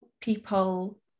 people